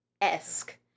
esque